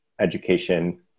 education